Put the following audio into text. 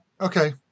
okay